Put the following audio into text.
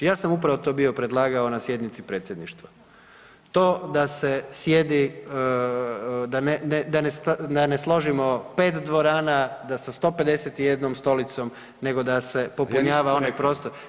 Ja sam upravo to bio predlagao na sjednici predsjedništva, to da se sjedi, da ne, ne, da ne, da ne složimo 5 dvorana da sa 151 stolicom, nego da se popunjava onaj prostor.